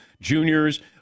juniors